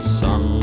sun